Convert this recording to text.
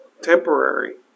temporary